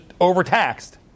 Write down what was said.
overtaxed